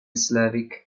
slavic